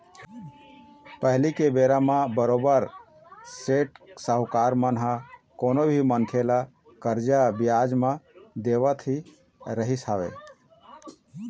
पहिली के बेरा म बरोबर सेठ साहूकार मन ह कोनो भी मनखे ल करजा बियाज म देवत ही रहिस हवय